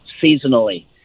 seasonally